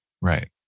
Right